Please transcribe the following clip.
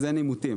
אין עימותים,